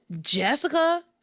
Jessica